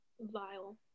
Vile